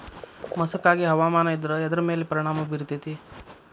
ಮಸಕಾಗಿ ಹವಾಮಾನ ಇದ್ರ ಎದ್ರ ಮೇಲೆ ಪರಿಣಾಮ ಬಿರತೇತಿ?